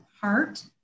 heart